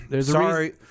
Sorry